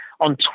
on